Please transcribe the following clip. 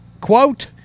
quote